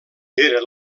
era